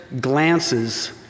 glances